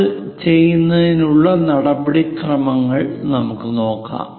അത് ചെയ്യുന്നതിനുള്ള നടപടിക്രമങ്ങൾ നമുക്ക് നോക്കാം